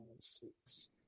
six